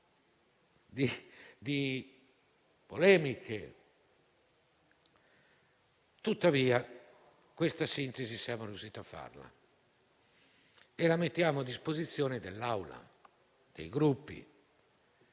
di polemiche, tuttavia questa sintesi siamo riusciti a farla e la mettiamo a disposizione dell'Assemblea, dei Gruppi